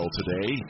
today